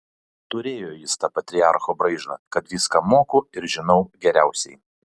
turėjo jis tą patriarcho braižą kad viską moku ir žinau geriausiai